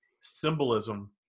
symbolism